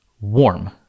warm